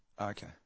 Okay